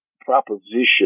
proposition